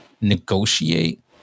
negotiate